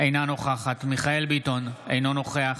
אינה נוכחת מיכאל מרדכי ביטון, אינו נוכח